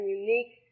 unique